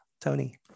Tony